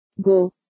go